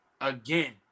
again